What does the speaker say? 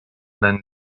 then